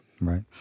Right